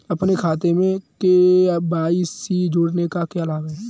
अपने खाते में के.वाई.सी जोड़ने का क्या लाभ है?